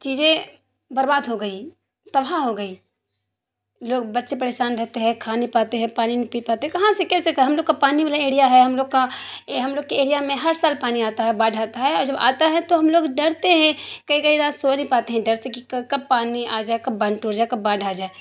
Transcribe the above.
چیزیں برباد ہو گئی تباہ ہو گئی لوگ بچے پریشان رہتے ہیں کھا نہیں پاتے ہیں پانی نہیں پی پاتے ہیں کہاں سے کیسے ہم لوگ کا پانی والا ایریا ہے ہم لوگ کا یہ ہم لوگ کے ایریا میں ہم ہر سال پانی آتا ہے باڑھ آتا ہے جب آتا ہے تو ہم لوگ ڈرتے ہیں کئی کئی رات سو نہیں پاتے ہیں ڈر سے کہ کب پانی آ جائے کب باندھ ٹوٹ جائے کب باڑھ آ جائے